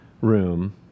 room